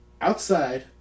outside